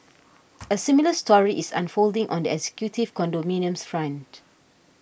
a similar story is unfolding on the executive condominiums front